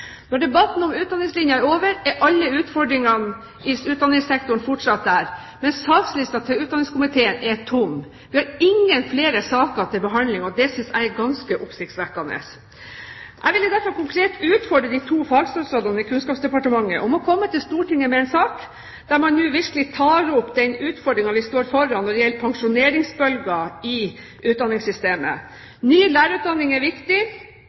Når debatten om Utdanningslinja er over, er alle utfordringene i utdanningssektoren fortsatt der. Men sakslisten til utdanningskomiteen er tom. Vi har ingen flere saker til behandling, og det synes jeg er ganske oppsiktsvekkende. Jeg vil derfor konkret utfordre de to fagstatsrådene i Kunnskapsdepartementet om å komme til Stortinget med en sak der man virkelig tar opp den utfordringen vi står foran når det gjelder pensjoneringsbølgen i utdanningssystemet. Ny lærerutdanning er viktig,